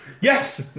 Yes